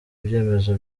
ibyemezo